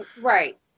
Right